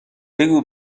بگو